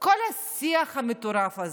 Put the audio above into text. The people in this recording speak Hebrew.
וכל השיח המטורף הזה,